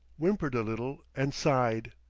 whimpered a little, and sighed.